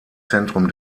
zentrum